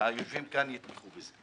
היושבים כאן יתמכו בזה.